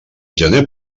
gener